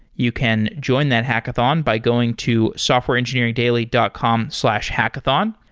you can join that hackathon by going to softwareengineeringdaily dot com slash hackathon.